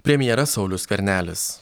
premjeras saulius skvernelis